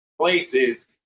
places